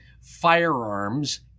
firearms